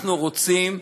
אנחנו רוצים,